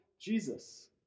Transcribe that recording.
Jesus